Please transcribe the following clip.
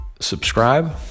subscribe